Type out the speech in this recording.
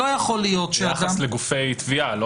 ביחס לגופי תביעה.